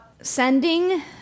sending